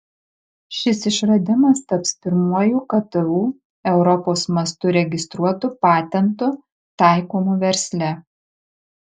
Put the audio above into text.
šis išradimas taps pirmuoju ktu europos mastu registruotu patentu taikomu versle